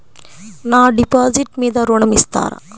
నా డిపాజిట్ మీద ఋణం ఇస్తారా?